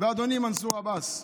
ואדוני מנסור עבאס,